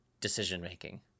decision-making